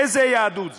איזו יהדות זו?